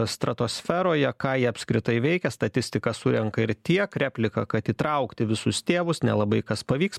stratosferoje ką jie apskritai veikia statistiką surenka ir tiek replika kad įtraukti visus tėvus nelabai kas pavyks